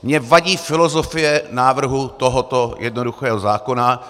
Mně vadí filozofie návrhu tohoto jednoduchého zákona.